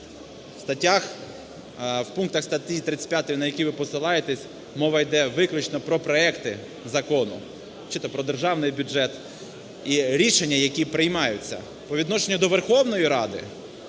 В пунктах статті 35, на які ви посилаєтеся мова іде виключно про проекти закону чи то про державний бюджет, і рішення, які приймаються. По відношенню до Верховної Ради